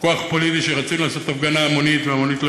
כוח פוליטי שרוצה לעשות הפגנה המונית,